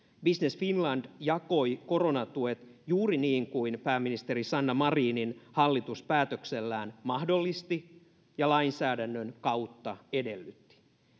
business finland jakoi koronatuet juuri niin kuin pääministeri sanna marinin hallitus päätöksellään mahdollisti ja lainsäädännön kautta edellytti